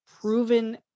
proven